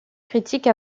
critiques